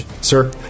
Sir